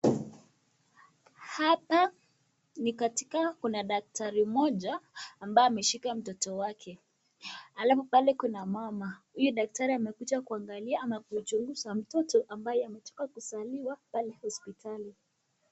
Hapa ni katika kuna daktari mmoja ambaye ameshika mtoto wake. Alafu pale kuna mama. Huyu daktari amekuja kuangalia ama kuichunguza mtoto ambaye ametoka kuzaliwa pale hospitali.